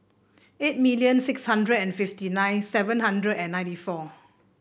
eight million six hundred and fifty nine seven hundred and ninety four